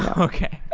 um okay